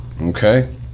Okay